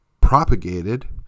propagated